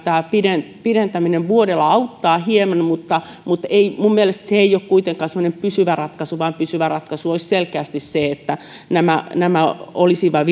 tämä pidentäminen pidentäminen vuodella auttaa hieman mutta minun mielestäni se ei ole kuitenkaan semmoinen pysyvä ratkaisu vaan pysyvä ratkaisu olisi selkeästi se että nämä nämä olisivat